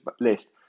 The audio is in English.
list